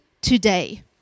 today